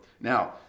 Now